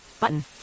Button